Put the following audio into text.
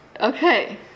Okay